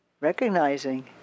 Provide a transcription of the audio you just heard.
Recognizing